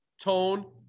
Tone